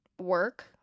work